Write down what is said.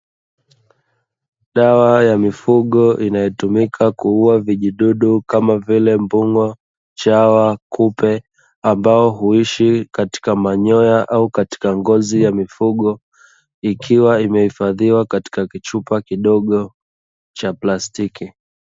Dawa ya mifugo inayotumika kuua vijidodo kama vile mbung'e, chawa, kupe ambao huishi katika manyoya au katika ngozi ya mifugo ikiwa imehifadhiwa katika kichupa kidogo cha plastiki.